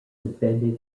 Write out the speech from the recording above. invented